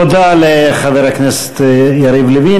תודה לחבר הכנסת יריב לוין.